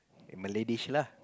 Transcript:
Malay dish lah